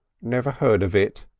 never heard of it,